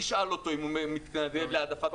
תשאל אותו אם הוא מתנגד להעדפת תוצרת הארץ או לא.